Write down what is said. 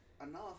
enough